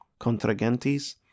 Contragentes